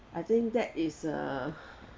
I think that is a